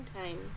time